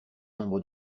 nombre